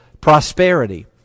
prosperity